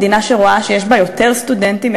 מדינה שרואה שיש בה יותר סטודנטים,